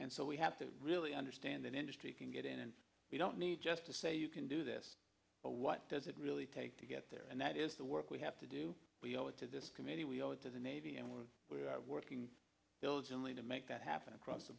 and so we have to really understand that industry can get in and we don't need just to say you can do this but what does it really take to get there and that is the work we have to do we owe it to this committee we owe it to the navy and we're working diligently to make that happen across the